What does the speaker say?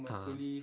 ah